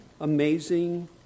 amazing